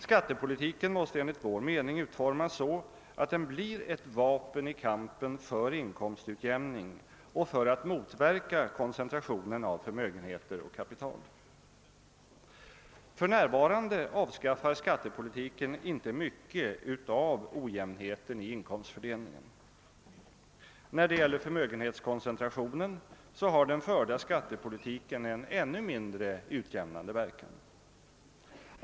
Skattepolitiken måste enligt vår mening utformas så att den blir ett vapen i kampen för inkomstutjämning och för att motverka koncentrationen av förmögenheter och kapital. För närvarande avskaffar skattepolitiken inte mycket av ojämnheten i inkomstfördelningen. När det gäller förmögenhetsfördelningen har den förda skattepolitiken en ännu mindre utjämnande verkan.